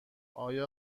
آیا